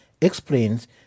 explains